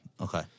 Okay